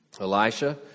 Elisha